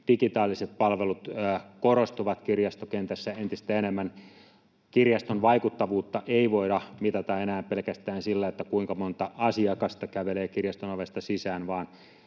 Digitaaliset palvelut korostuvat kirjastokentässä entistä enemmän. Kirjaston vaikuttavuutta ei voida mitata enää pelkästään sillä, kuinka monta asiakasta kävelee kirjaston ovesta sisään,